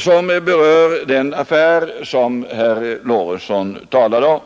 som berör den affär som herr Lorentzon talade om.